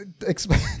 explain